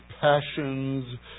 passions